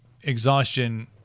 exhaustion